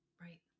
Right